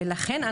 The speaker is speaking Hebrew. לכן,